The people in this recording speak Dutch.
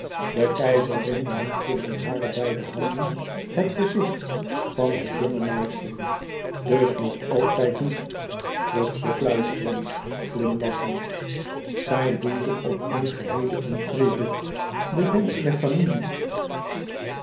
de keizerin nam tusschen hare beide handen het gezicht van het jonge meisje dus nog altijd niet vroeg ze fluisterend glimlachend zij doelde op een geheele intrigue de wensch der familie